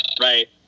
Right